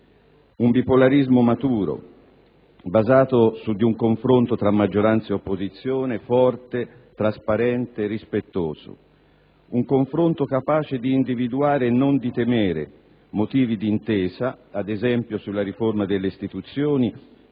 un bipolarismo maturo, basato su di un confronto tra maggioranza ed opposizione forte, trasparente, rispettoso. Un confronto capace di individuare, e non di temere, motivi d'intesa, ad esempio sulla riforma delle istituzioni